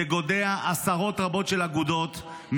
זה גודע עשרות רבות של אגודות,